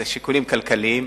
הם שיקולים כלכליים.